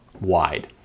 wide